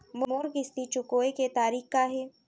मोर किस्ती चुकोय के तारीक का हे?